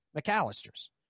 McAllister's